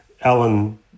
Alan